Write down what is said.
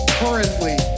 currently